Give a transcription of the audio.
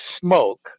smoke